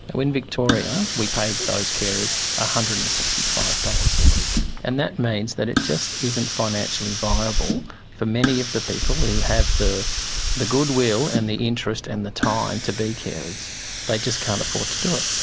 now, in victoria we pay those carers one ah hundred and sixty five dollars a week. and that means that it just isn't financially viable for many of the people who have the the goodwill and the interest and the time to be carers. they just can't afford to do it.